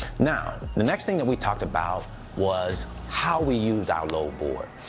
now, the next thing that we talked about was how we used our load board.